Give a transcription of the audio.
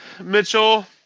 Mitchell